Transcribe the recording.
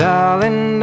Darling